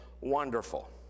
wonderful